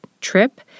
trip